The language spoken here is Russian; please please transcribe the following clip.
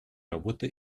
работа